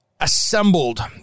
assembled